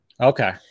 okay